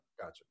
Gotcha